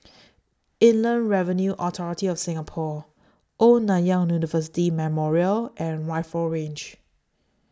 Inland Revenue Authority of Singapore Old Nanyang University Memorial and Rifle Range